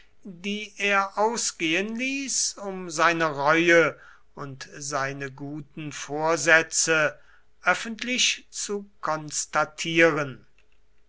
die er ausgehen ließ um seine reue und seine guten vorsätze öffentlich zu konstatieren